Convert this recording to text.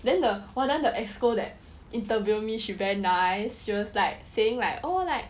then the !wah! then the EXCO that interview me she very nice she was like saying like oh like